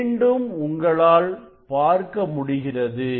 மீண்டும் உங்களால் பார்க்க முடிகிறது